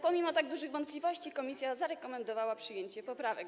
Pomimo tak dużych wątpliwości komisja zarekomendowała przyjęcie poprawek.